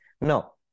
No